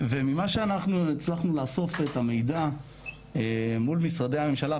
ממה שאנחנו הצלחנו לאסוף את המידע מול משרדי הממשלה,